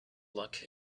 luck